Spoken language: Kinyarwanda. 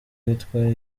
witwa